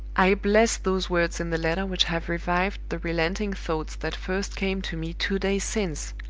i bless those words in the letter which have revived the relenting thoughts that first came to me two days since!